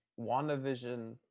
WandaVision